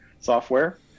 software